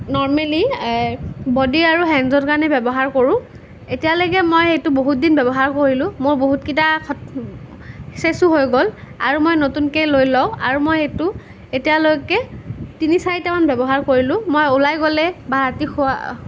normally body আৰু হেণ্ডছৰ কাৰণে ব্য়ৱহাৰ কৰোঁ এতিয়ালৈকে মই এইটো বহুতদিন ব্য়ৱহাৰ কৰিলোঁ মোৰ বহতকেইটা ছেচো হৈ গ'ল আৰু মই নতুনকে লৈ লওঁ আৰু মই এইটো এতিয়ালৈকে তিনি চাৰিটামান ব্য়ৱহাৰ কৰিলোঁ মই ওলাই গ'লে বা ৰাতি শোৱা